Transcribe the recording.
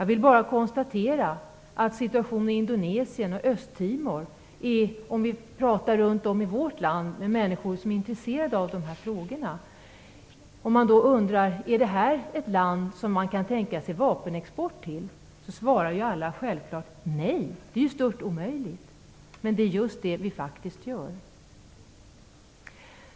Låt mig bara konstatera: Situationen i Indonesien och Östtimor är sådan att om man pratar med människor runt om i vårt land som är intresserade av de här frågorna och undrar om det här är ett land som man kan tänka sig att exportera vapen till svarar alla självklart: Nej - det är stört omöjligt. Men just det gör vi faktiskt.